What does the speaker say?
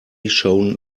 shone